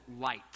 Light